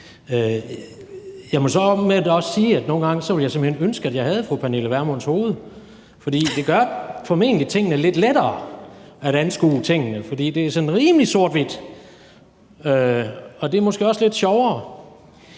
Jeg må så omvendt også sige, at nogle gange ville jeg ønske, at jeg havde fru Pernille Vermunds hoved. Det gør det formentlig lidt lettere at anskue tingene på den måde, for det er sådan rimelig sort-hvidt, og det er måske også lidt sjovere.